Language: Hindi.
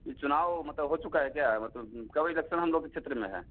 ये चुनाव मतलब हो चुका हे क्या मतलब कब इलेक्सन हमलोग के क्षेत्र में है